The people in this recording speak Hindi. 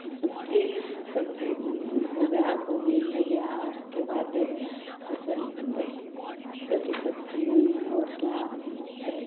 सब्ज़ी सब्ज़ी हो गई गोभी हो गई और उसके बाद फ़सल अथी सब्ज़ी में और क्या कहते हैं